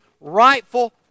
rightful